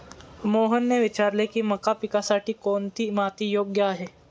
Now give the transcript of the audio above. मोहनने विचारले की मका पिकासाठी कोणती माती योग्य आहे?